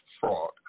Fraud